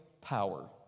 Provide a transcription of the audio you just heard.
power